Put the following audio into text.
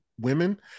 women